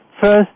First